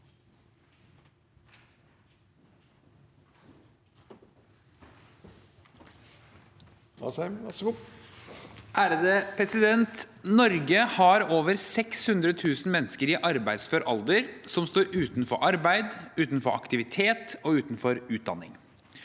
(H) Norge har over 600 000 mennesker i arbeidsfør alder som står utenfor arbeid, utenfor aktivitet og utenfor utdanning.